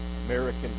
American